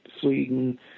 Sweden